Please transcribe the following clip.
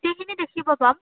গোটেইখিনি দেখিব পাম